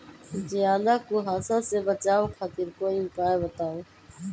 ज्यादा कुहासा से बचाव खातिर कोई उपाय बताऊ?